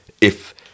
if-